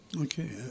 Okay